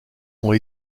ont